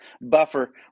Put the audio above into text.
buffer